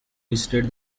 visited